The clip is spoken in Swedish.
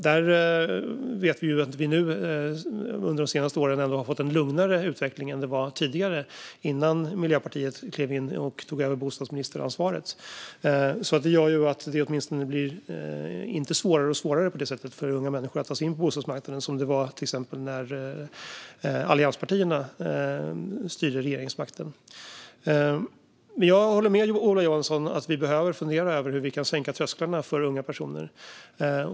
Där har vi under de senaste åren ändå fått en lugnare utveckling än vad som var fallet tidigare, innan Miljöpartiet klev in och tog över bostadsministeransvaret. Detta gör att det på det sättet åtminstone inte blir svårare och svårare för unga människor att ta sig in på bostadsmarknaden, som det var till exempel när allianspartierna hade regeringsmakten. Jag håller med Ola Johansson om att vi behöver fundera över hur vi kan sänka trösklarna för unga personer.